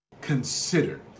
Consider